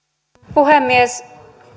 puhemies